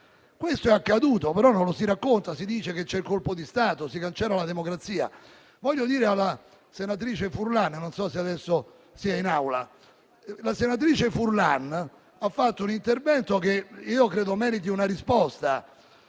Questo è accaduto, ma non lo si racconta. Si dice che c'è il colpo di Stato e che si cancella la democrazia. Mi rivolgo alla senatrice Furlan, che non so se adesso sia in Aula. La senatrice Furlan ha fatto un intervento che io credo meriti una risposta,